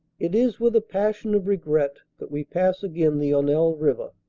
it is with a passion of regret that we pass again the honelle river.